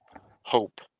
hope